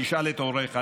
תשאל את הוריך,